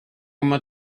more